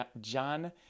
John